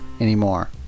anymore